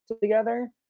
together